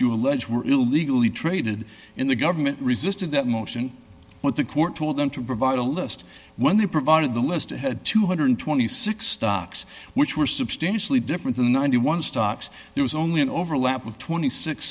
you allege were illegally traded in the government resisted that motion what the court told them to provide a list when they provided the list ahead two hundred and twenty six stocks which were substantially different than ninety one stocks there was only an overlap of twenty six